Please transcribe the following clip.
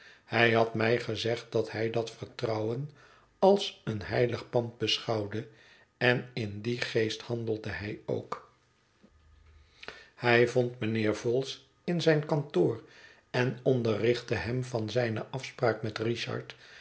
hij had mij gezegd dat hij dat vertrouwen als een heilig pand beschouwde en in dien geest handelde hij ook hij vond mijnheer vholes in zijn kantoor en onderrichtte hem van zijne afspraak met richard